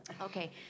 Okay